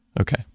Okay